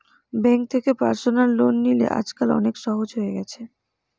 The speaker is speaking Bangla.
বেঙ্ক থেকে পার্সনাল লোন লিলে আজকাল অনেক সহজ হয়ে গেছে